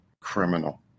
criminal